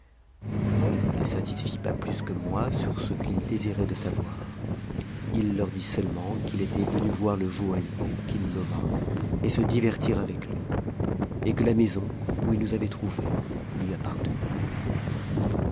il ne les satisfit pas plus que moi sur ce qu'ils désiraient de savoir il leur dit seu lement qu'il était venu voir le joaillier qu'il nomma et se divertir avec lui et que la maison où ils nous avaient trouvés lui appartenait